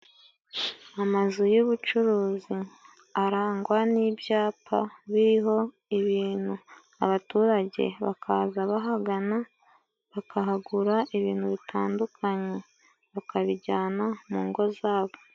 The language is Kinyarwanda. Amazu y'ubucuruzi arangwa n'ibyapa biriho ibintu abaturage bakaza bahagana bakahagura ibintu bitandukanye bakabijyana mu ngo zabo.